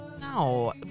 No